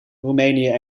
roemenië